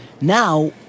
now